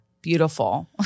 Beautiful